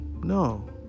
no